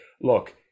look